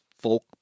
folk